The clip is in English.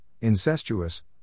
incestuous